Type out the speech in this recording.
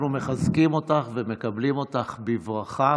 אנחנו מחזקים אותך ומקבלים אותך בברכה,